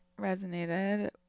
resonated